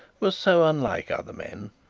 was so unlike other men.